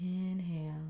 Inhale